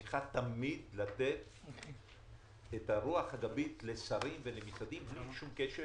צריכים תמיד לתת את הרוח הגבית לשרים ולמשרדים כאשר אין שום קשר